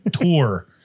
tour